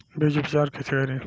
बीज उपचार कईसे करी?